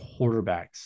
quarterbacks